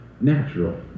natural